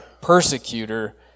persecutor